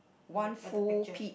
on the on the pictures